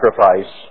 sacrifice